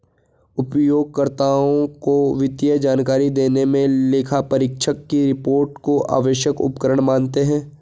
उपयोगकर्ताओं को वित्तीय जानकारी देने मे लेखापरीक्षक की रिपोर्ट को आवश्यक उपकरण मानते हैं